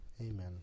Amen